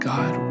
God